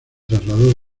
trasladó